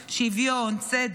שוויון וצדק,